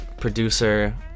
producer